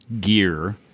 gear